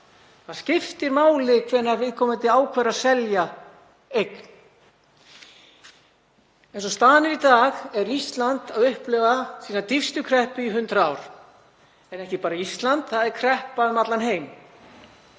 Það skiptir máli hvenær viðkomandi ákveður að selja eign. Eins og staðan er í dag er Ísland að upplifa sína dýpstu kreppu í 100 ár. Ekki bara Ísland, það er kreppa um allan heim.